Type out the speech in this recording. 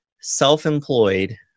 self-employed